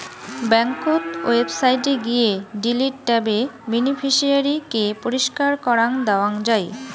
ব্যাংকোত ওয়েবসাইটে গিয়ে ডিলিট ট্যাবে বেনিফিশিয়ারি কে পরিষ্কার করাং দেওয়াং যাই